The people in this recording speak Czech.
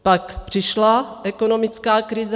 Pak přišla ekonomická krize.